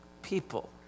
people